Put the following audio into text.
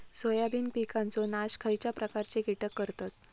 Soybean पिकांचो नाश खयच्या प्रकारचे कीटक करतत?